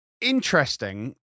Interesting